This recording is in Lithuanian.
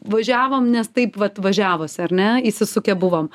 važiavom nes taip vat važiavosi ar ne įsisukę buvom